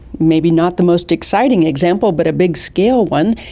maybe not the most exciting example but a big-scale one.